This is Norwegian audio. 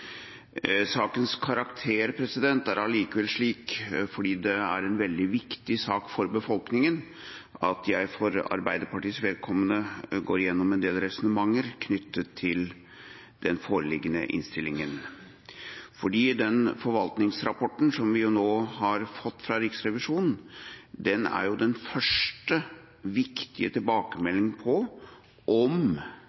Sakens karakter er allikevel slik, fordi det er en veldig viktig sak for befolkningen, at jeg for Arbeiderpartiets vedkommende går igjennom en del resonnementer knyttet til den foreliggende innstillingen. Den forvaltningsrapporten som vi nå har fått fra Riksrevisjonen, er den første, viktige